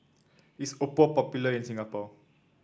is Oppo popular in Singapore